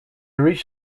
reached